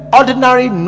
ordinary